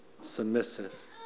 submissive